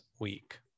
week